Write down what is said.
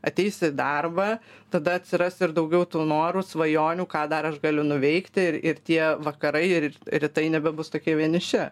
ateisi į darbą tada atsiras ir daugiau tų norų svajonių ką dar aš galiu nuveikti ir ir tie vakarai ir rytai nebebus tokie vieniši